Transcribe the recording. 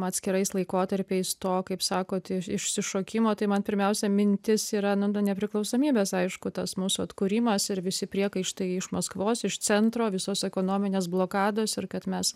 atskirais laikotarpiais to kaip sakot i išsišokimo tai man pirmiausia mintis yra nu nepriklausomybės aišku tas mūsų atkūrimas ir visi priekaištai iš maskvos iš centro visos ekonominės blokados ir kad mes